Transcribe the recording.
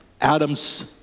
Adam's